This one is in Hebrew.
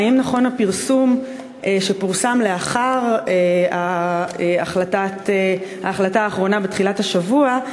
האם נכון מה שפורסם לאחר ההחלטה האחרונה בתחילת השבוע,